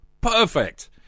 Perfect